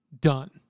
done